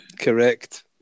Correct